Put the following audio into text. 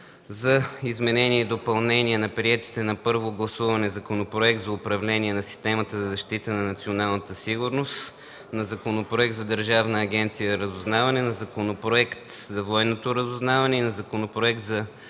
за изменение и допълнение на приетите на първо гласуване: Законопроект за управление на системата за защита на националната сигурност, Законопроект за Държавна агенция „Разузнаване”, Законопроект за Военното разузнаване и Законопроект за